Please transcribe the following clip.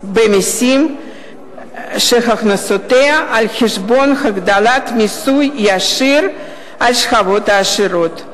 בסיס הכנסותיה על חשבון הגדלת המיסוי הישיר על השכבות העשירות.